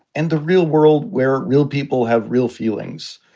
and the real world where real people have real feelings.